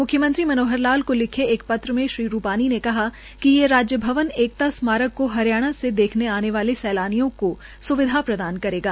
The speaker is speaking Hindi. मुख्यमंत्री मनोहर लाल को लिखे पत्र में श्री रूपानी ने कहा है कि ये राज्य भवन एकता का स्मारक को हरियाणा से देखने आने वाले सैलानियों के सुविधा प्रदान करेगा